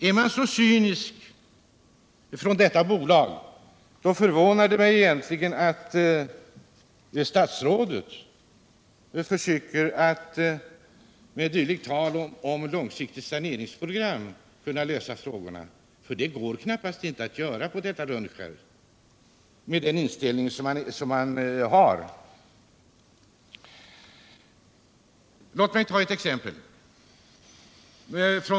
Är man så cynisk från detta bolags sida förvånar det mig egentligen att statsrådet försöker att, med tal om långsiktiga saneringsprogram, anvisa lösningar. Det går knappast att göra när det gäller Rönnskärsverken på grund av den inställning man där har. Nr 101 Låt mig ta ett exempel!